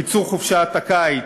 קיצור חופשת הקיץ,